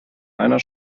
einer